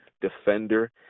defender